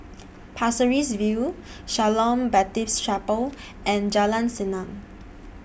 Pasir Ris View Shalom Baptist Chapel and Jalan Senang